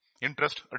Interest